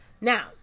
Now